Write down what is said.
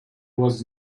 was